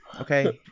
Okay